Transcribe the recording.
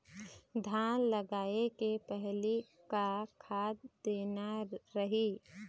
धान लगाय के पहली का खाद देना रही?